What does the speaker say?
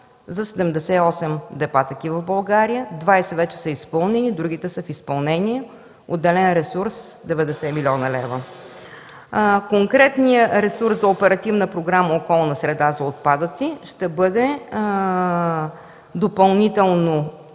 такива депа в България. Двадесет вече са изпълнени, другите са в изпълнение. Отделен ресурс – 90 млн. лв. Конкретният ресурс за Оперативна програма „Околна среда” за отпадъци ще бъде допълнително